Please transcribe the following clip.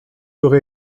aurais